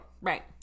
right